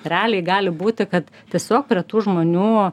realiai gali būti kad tiesiog prie tų žmonių